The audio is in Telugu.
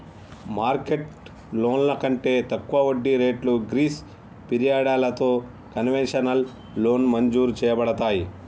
మార్కెట్ లోన్లు కంటే తక్కువ వడ్డీ రేట్లు గ్రీస్ పిరియడలతో కన్వెషనల్ లోన్ మంజురు చేయబడతాయి